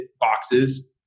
boxes